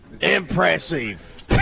impressive